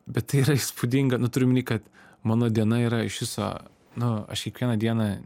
bet tai yra įspūdinga nu turiu omeny kad mano diena yra iš viso nu aš kiekvieną dieną